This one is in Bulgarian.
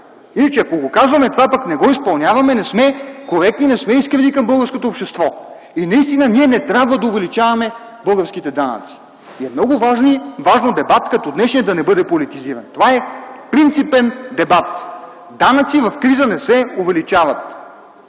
Иначе, ако го казваме това, пък не го изпълняваме, не сме коректни, не сме искрени към българското общество. И наистина ние не трябва да увеличаваме българските данъци. И много е важно дебат като днешният не бъде политизиран. Това е принципен дебат – данъци в криза не се увеличават.